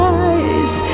eyes